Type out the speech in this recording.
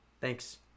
thanks